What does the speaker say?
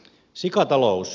sikatalous